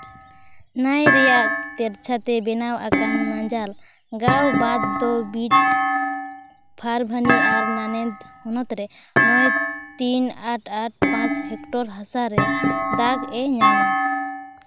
ᱱᱟᱹᱭ ᱨᱮᱭᱟᱜ ᱛᱮᱨᱪᱷᱟᱛᱮ ᱵᱮᱱᱟᱣ ᱟᱠᱟᱱ ᱢᱟᱡᱟᱞ ᱜᱟᱶ ᱵᱟᱸᱫᱷ ᱫᱚ ᱵᱤᱰ ᱯᱷᱟᱨᱵᱷᱟᱱᱤ ᱟᱨ ᱱᱟᱱᱮᱫᱷ ᱦᱚᱱᱚᱛ ᱨᱮ ᱱᱚᱭ ᱛᱤ ᱟᱴ ᱟᱴ ᱯᱟᱸᱪ ᱦᱮᱠᱴᱚᱨ ᱦᱟᱥᱟ ᱨᱮ ᱫᱟᱜᱽ ᱮ ᱧᱟᱢᱟ